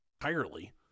entirely